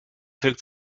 wirkt